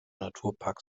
naturpark